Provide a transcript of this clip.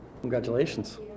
Congratulations